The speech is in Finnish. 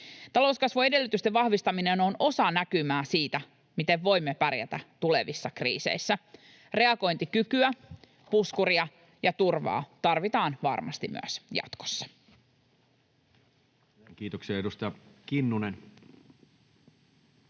Talouskasvun edellytysten vahvistaminen on osa näkymää siitä, miten voimme pärjätä tulevissa kriiseissä. Reagointikykyä, puskuria ja turvaa tarvitaan varmasti myös jatkossa. Kiitoksia. — Edustaja Kinnunen.